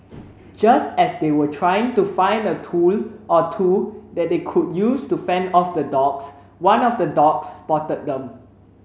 just as they were trying to find a tool or two that they could use to fend off the dogs one of the dogs spotted them